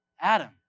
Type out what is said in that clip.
Adam